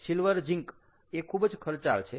silver zinc એ ખૂબ જ ખર્ચાળ છે